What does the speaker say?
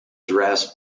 dress